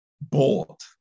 bought